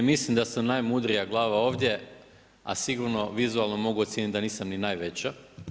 Ne mislim da sam najmudrija glava ovdje a sigurno vizualno mogu ocijeniti da nisam ni najveća.